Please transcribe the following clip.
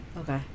okay